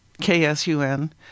K-S-U-N